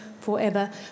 forever